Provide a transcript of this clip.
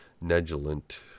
negligent